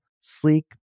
sleek